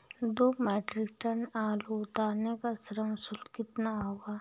दो metric tonne आलू उतारने का श्रम शुल्क कितना होगा?